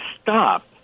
stop